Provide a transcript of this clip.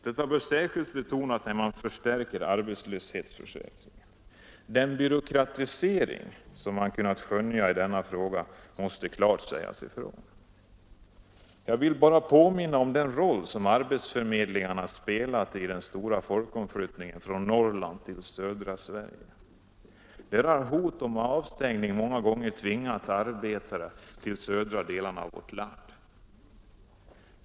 Detta bör särskilt betonas när man förstärker arbetslöshetsförsäkringen. Den byråkratisering som man kunnat skönja i denna fråga måste vi klart reagera mot. Jag vill bara påminna om den roll som arbetsförmedlingarna spelat i den stora folkomflyttningen från Norrland till södra Sverige. Där har hot om avstängning många gånger tvingat arbetare till södra delarna av vårt land.